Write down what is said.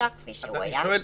נשאר כפי שהוא היה.